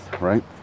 right